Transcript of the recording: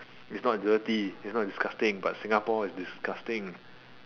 it's not dirty it's not disgusting but Singapore is disgusting